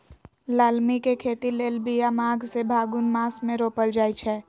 लालमि के खेती लेल बिया माघ से फ़ागुन मास मे रोपल जाइ छै